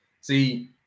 See